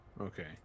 Okay